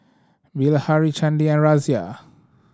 Bilahari Chandi and Razia